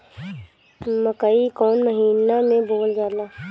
मकई कौन महीना मे बोअल जाला?